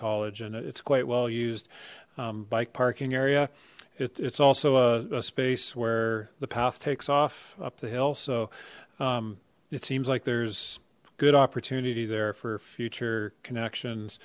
college and it's quite well used um bike parking area it's also a space where the path takes off up the hill so it seems like there's good opportunity there for future connections